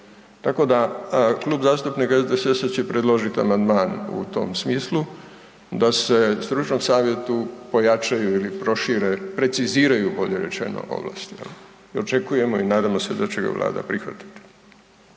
Tako da Klub zastupnika SDSS-a će predložiti amandman u tom smislu da se stručnom savjetu pojačaju ili prošire, preciziraju bolje rečeno, ovlasti. I očekujemo i nadamo se da će ga Vlada prihvatiti.